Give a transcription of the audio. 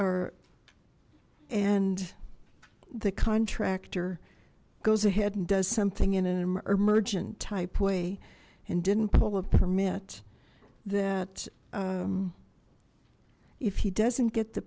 or and the contractor goes ahead and does something in an emergent type way and didn't pull a permit that if he doesn't get the